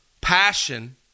passion